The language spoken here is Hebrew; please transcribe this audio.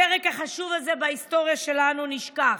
הפרק החשוב הזה בהיסטוריה שלנו נשכח,